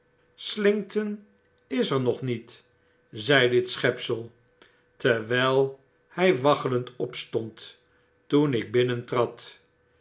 slinkton is er nog met zei dit schepsel terwyl hy waggelend opstond toen ik